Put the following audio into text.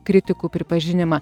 kritikų pripažinimą